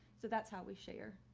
so that's how we share.